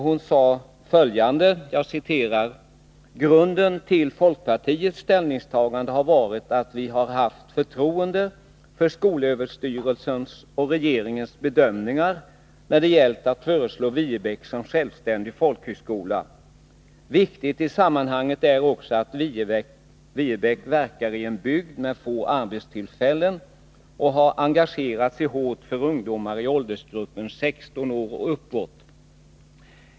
Hon sade följande: ”Grunden till folkpartiets ställningstagande har varit att vi har haft förtroende för skolöverstyrelsens och regeringens bedömningar när det gällt att föreslå Viebäck som självständig folkhögskola. Viktigt i sammanhanget är också att Viebäck verkar i en bygd med få arbetstillfällen och har engagerat sig hårt för ungdomar i åldersgruppen 16 år och uppåt.